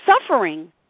suffering